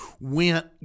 went